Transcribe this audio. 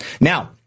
Now